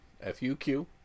F-U-Q